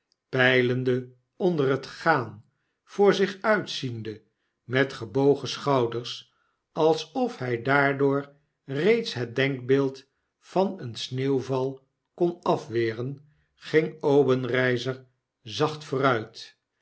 peilende onder het gaan voor zich uitziende met gebogen schouders alsof hy daardoor reeds het denkbeeld van een sneeuwval kon afweren ging obenreizer zacht vooruit